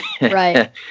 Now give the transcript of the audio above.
Right